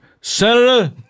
Senator